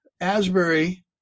Asbury